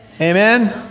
Amen